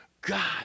God